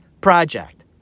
project